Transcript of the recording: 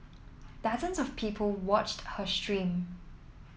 dozens of people watched her stream